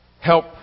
help